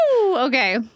Okay